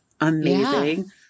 Amazing